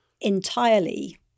entirely